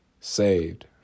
saved